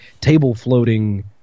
table-floating